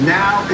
now